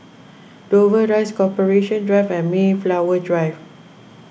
Dover Rise Corporation Drive and Mayflower Drive